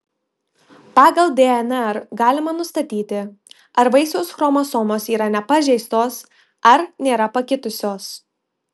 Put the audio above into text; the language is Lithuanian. pagal dnr galima nustatyti ar vaisiaus chromosomos yra nepažeistos ar nėra pakitusios